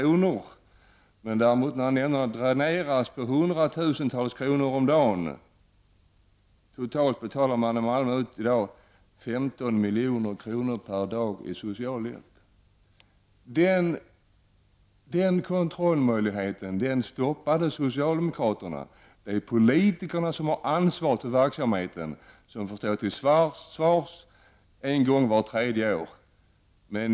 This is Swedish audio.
detta samtidigt som nämnderna dräneras på hundratusentals kronor om dagen. Totalt betalar man nämligen ut 15 miljoner varje dag i socialhjälp i Malmö. Och kontrollmöjligheterna i det avseendet har alltså socialdemokraterna stoppat. Men det är politikerna som har ansvaret för verksamheten. De får stå till svars för vad som hänt en gång vart tredje år.